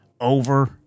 over